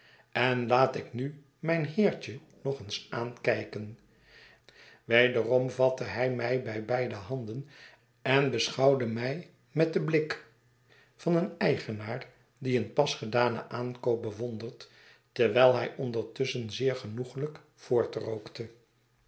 en laat ik nu mijn heertje nog eens aankijken wederom vatte hij mij bij beide handen en beschouwde mij met den blik van een eigenaar die een pas gedanen aankoop bewondert terwijl hij ondertusschen zeer genoeglijk